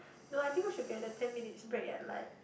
no I think we should get the ten minutes break and like